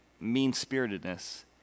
mean-spiritedness